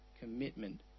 commitment